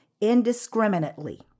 indiscriminately